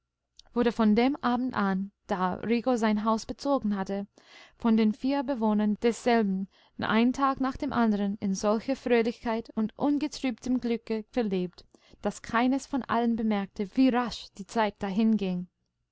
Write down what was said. wurde von dem abend an da rico sein haus bezogen hatte von den vier bewohnern desselben ein tag nach dem anderen in solcher fröhlichkeit und ungetrübtem glücke verlebt daß keines von allen bemerkte wie rasch die zeit